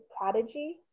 Prodigy